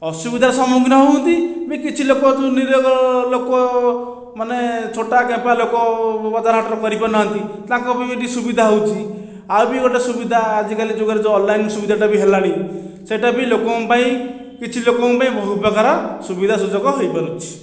ଅସୁବିଧା ସମ୍ମୁଖୀନ ହେଉଛନ୍ତି ବି କିଛିଲୋକ ଯେଉଁ ନିରୋଗ ଲୋକ ମାନେ ଛୋଟା କେମ୍ପା ଲୋକ ବଜାର ହାଟ କରି ପାରୁନାହାନ୍ତି ତାଙ୍କ ପାଇଁ ବି ଟିକିଏ ସୁବିଧା ହେଉଛି ଆଉ ବି ଗୋଟିଏ ସୁବିଧା ଆଜିକାଲି ଯୁଗରେ ଯେଉଁ ଅନଲାଇନ୍ ସୁବିଧାଟା ହେଲାଣି ସେଇଟା ବି ଲୋକଙ୍କ ପାଇଁ କିଛି ଲୋକଙ୍କ ପାଇଁ ବହୁତ ପ୍ରକାର ସୁବିଧା ସୁଯୋଗ ହୋପାରୁଛି